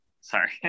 Sorry